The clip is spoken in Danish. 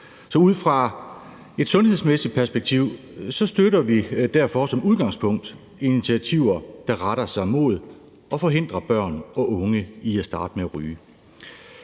Så ud fra et sundhedsmæssigt perspektiv støtter vi derfor som udgangspunkt initiativer, der retter sig mod at forhindre børn og unge i at starte med at ryge.